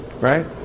Right